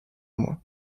mois